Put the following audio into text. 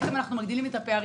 בעצם מגדילים את הפערים.